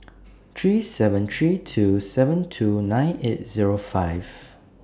three seven three two seven two nine eight Zero five